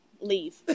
leave